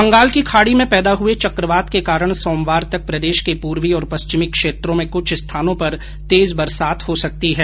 बंगाल की खाडी में पैदा हए चकवात के कारण सोमवार तक प्रदेश के पूर्वी और पश्चिमी क्षेत्रों में कुछ स्थानों पर तेज बरसात हो सकती है